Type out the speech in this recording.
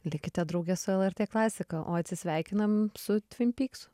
likite drauge su lrt klasika o atsisveikinam su tvin pyksu